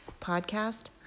podcast